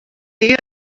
dia